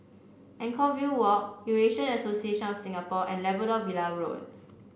Anchorvale Walk Eurasian Association of Singapore and Labrador Villa Road